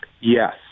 Yes